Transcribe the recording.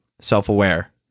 Self-aware